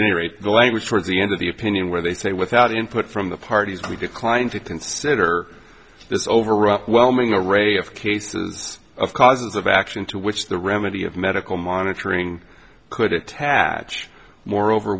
any rate the language for the end of the opinion where they say without input from the parties we declined to consider this overwhelming a ray of cases of causes of action to which the remedy of medical monitoring could attach moreover